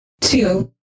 two